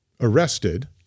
arrested